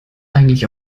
eigentlich